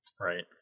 Right